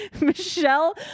michelle